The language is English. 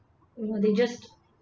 you know they just